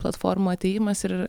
platformų atėjimas ir